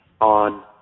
on